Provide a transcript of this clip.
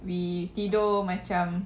we tidur macam